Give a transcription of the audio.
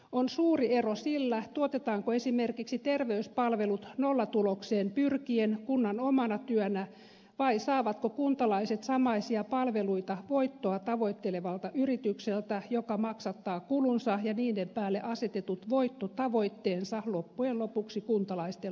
on suuri ero sillä tuotetaanko esimerkiksi terveyspalvelut nollatulokseen pyrkien kunnan omana työnä vai saavatko kuntalaiset samaisia palveluita voittoa tavoittelevalta yritykseltä joka maksattaa kulunsa ja niiden päälle asetetut voittotavoitteensa loppujen lopuksi kuntalaisten lompakosta